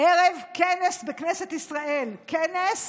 ערב כנס בכנסת ישראל, כנס